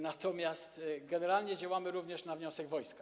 Natomiast generalnie działamy również na wniosek wojska.